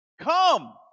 Come